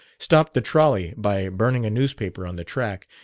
stopped the trolley by burning a newspaper on the track,